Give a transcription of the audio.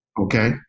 okay